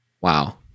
Wow